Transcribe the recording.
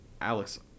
Alex